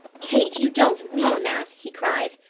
kate, you don't mean that! he cried.